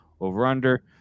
over/under